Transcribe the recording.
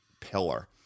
pillar